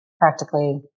practically